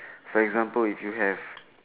for example if you have